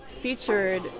featured